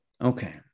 Okay